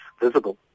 visible